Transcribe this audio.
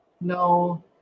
No